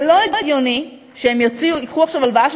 זה לא הגיוני שהם ייקחו עכשיו הלוואה של